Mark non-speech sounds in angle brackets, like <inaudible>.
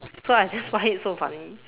so I just <laughs> find it so funny